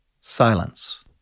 silence